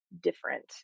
different